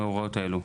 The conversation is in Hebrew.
במאורעות האלו.